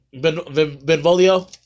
Benvolio